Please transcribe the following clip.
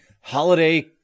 holiday